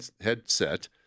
headset